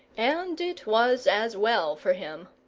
and it was as well for him.